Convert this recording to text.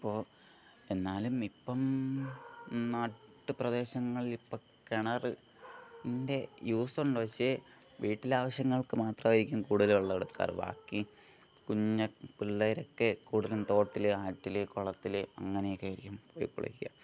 അപ്പോൾ എന്നാലും ഇപ്പം നാട്ടു പ്രദേശങ്ങളിൽ ഇപ്പം കിണർ ഇൻ്റെ യൂസ് ഉണ്ട് പക്ഷേ വീട്ടിലെ ആവശ്യങ്ങൾക്ക് മാത്രമായിരിക്കും കൂടുതൽ വെള്ളം എടുക്കാറ് ബാക്കി കുഞ്ഞ് പിള്ളേരെക്കെ കൂടുതലും തോട്ടിൽ ആറ്റിൽ കുളത്തിൽ അങ്ങനെയൊക്കെ ആയിരിക്കും പോയി കുളിക്കുക